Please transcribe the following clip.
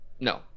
No